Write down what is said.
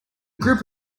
group